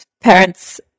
parents